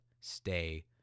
stay